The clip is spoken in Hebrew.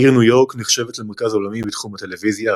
העיר ניו יורק נחשבת למרכז עולמי בתחום הטלוויזיה,